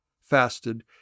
fasted